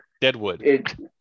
deadwood